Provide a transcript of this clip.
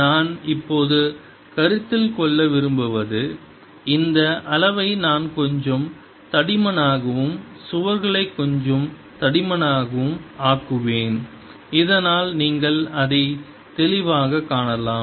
நான் இப்போது கருத்தில் கொள்ள விரும்புவது இந்த அளவை நான் கொஞ்சம் தடிமனாகவும் சுவர்களை கொஞ்சம் தடிமனாகவும் ஆக்குவேன் இதனால் நீங்கள் அதை தெளிவாகக் காணலாம்